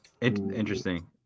Interesting